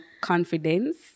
confidence